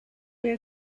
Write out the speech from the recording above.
wear